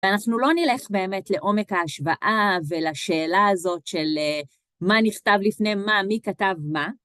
ואנחנו לא נלך באמת לעומק ההשוואה ולשאלה הזאת של מה נכתב לפני מה, מי כתב מה.